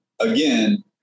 again